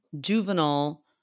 juvenile